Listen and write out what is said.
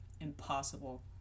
impossible